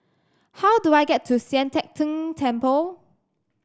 how do I get to Sian Teck Tng Temple